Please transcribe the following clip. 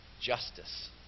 justice